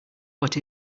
but